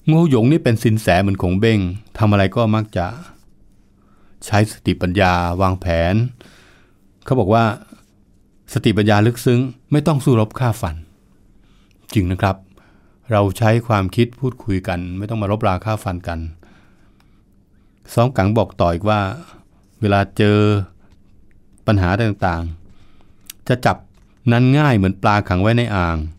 โง่หยงนี่เป็นซินแสเหมือนขงเบ้ง ทำอะไรก็มักจะใช้สติปัญญาวางแผน เขาบอกว่า สติปัญญาลึกซึ้งไม่ต้องสู้รบฆ่าฟัน จริงนะครับ เราใช้ความคิดพูดคุยกัน ไม่ต้องมารบราฆ่าฟันกัน ซ้อมกังบอกต่ออีกว่า เวลาเจอปัญหาต่างๆ จะจับนั้นง่ายเหมือนปลาขังไว้ในอ่าง